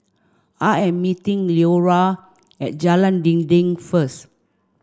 I am meeting Leora at Jalan Dinding first